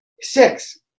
Six